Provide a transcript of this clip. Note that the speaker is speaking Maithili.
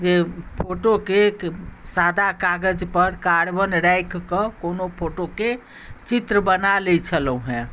जे फोटोके एक सादा कागजपर कार्बन राखि कऽ कोनो फोटोके चित्र बना लैत छलहुँ हेँ